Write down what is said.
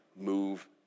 move